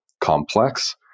complex